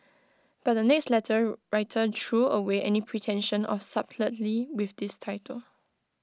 but the next letter writer threw away any pretension of subtlety with this title